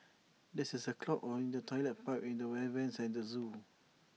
there is A clog or in the Toilet Pipe and the air Vents at the Zoo